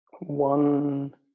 one